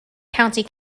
county